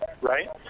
right